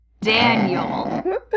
Daniel